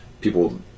people